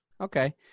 Okay